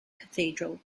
cathedral